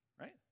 right